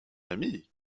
ami